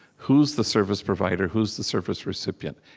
who's the service provider? who's the service recipient?